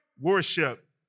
worship